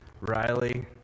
Riley